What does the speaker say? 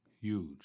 huge